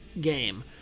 game